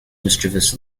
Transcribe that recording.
mischievous